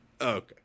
Okay